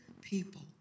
people